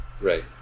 right